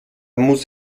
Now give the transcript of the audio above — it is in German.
muss